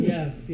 Yes